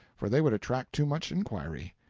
for they would attract too much inquiry.